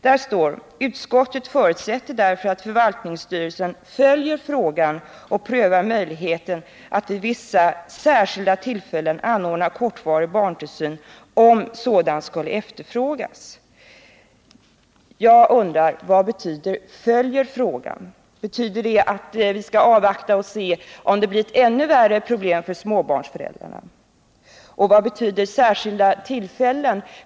Där står: ”Utskottet förutsätter att förvaltningsstyrelsen följer frågan och prövar möjligheten att vid vissa särskilda tillfällen anordna kortvarig barntillsyn om sådan efterfrågas.” Jag undrar vad ”följer frågan” betyder. Betyder det att vi skall avvakta och se om det blir ännu värre problem för småbarnsföräldrarna? Och vad innebär ”särskilda tillfällen”?